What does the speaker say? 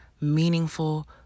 meaningful